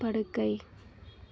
படுக்கை